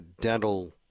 dental